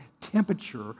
temperature